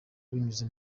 binyuze